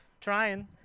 trying